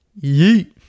Yeet